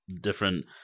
different